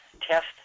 test